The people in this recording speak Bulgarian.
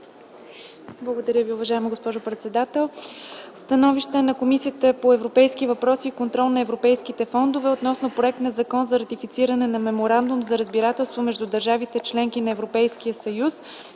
Благодаря Ви, уважаема госпожо председател. „СТАНОВИЩЕ на Комисията по европейските въпроси и контрол на европейските фондове относно проект на Закон за ратифициране на Меморандум за разбирателство между държавите – членки на Европейския съюз,